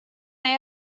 they